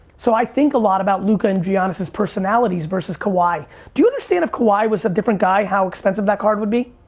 so i think a lot about luka and giannis' personalities versus kawhi. do you understand if kawhi was a different guy, how expensive that card would be?